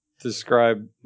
describe